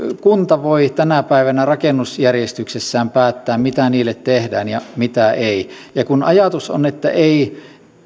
kunta voi tänä päivänä rakennusjärjestyksessään päättää mitä niille tehdään ja mitä ei kun ajatus on